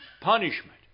punishment